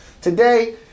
today